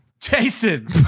Jason